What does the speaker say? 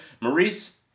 Maurice